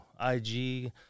IG